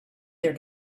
their